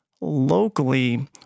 locally